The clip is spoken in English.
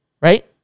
right